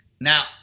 Now